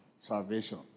salvation